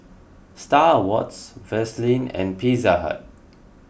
Star Awards Vaseline and Pizza Hut